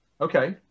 Okay